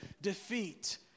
Defeat